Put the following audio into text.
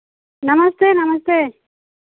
नमस्ते नमस्ते